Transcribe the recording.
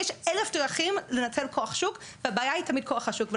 יש אלף דרכים לנצל כוח שוק והבעיה היא תמיד כוח השוק.